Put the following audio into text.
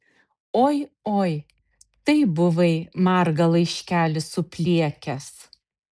oi oi tai buvai margą laiškelį supliekęs